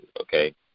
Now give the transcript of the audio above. okay